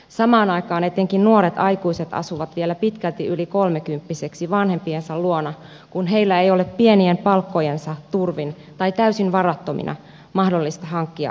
samaan aikaan etenkin nuoret aikuiset asuvat vielä pitkälti yli kolmikymppiseksi vanhempiensa luona kun heillä ei ole pienien palkkojensa turvin tai täysin varattomina mahdollisuutta hankkia asuntoa